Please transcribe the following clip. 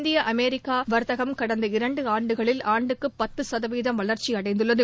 இந்திய அமெரிக்கா வாத்தகம் கடந்த இரண்டு ஆண்டுகளில் ஆண்டுக்கு பத்து சதவீதம் வளர்ச்சி அடைந்துள்ளது